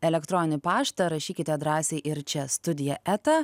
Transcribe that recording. elektroninį paštą rašykite drąsiai ir čia studija eta